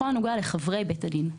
בכל הנוגע לחברי בית הדין,